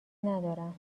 ندارم